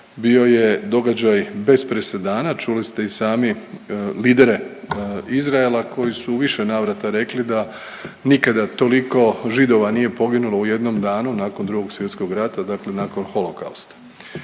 bio je događaj bez presedana, čuli ste i sami lidere Izraela koji su u više navrata rekli da nikada toliko Židova nije poginulo u jednom danu nakon II Svjetskog rata, dakle nakon holokausta.